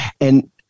And-